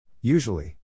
Usually